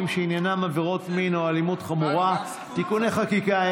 שעניינם עבירות מין או אלימות חמורה) (תיקוני חקיקה),